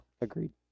Agreed